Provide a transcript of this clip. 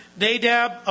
Nadab